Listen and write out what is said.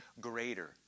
greater